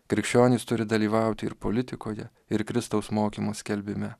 krikščionys turi dalyvauti ir politikoje ir kristaus mokymo skelbime